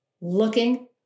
looking